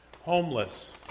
Homeless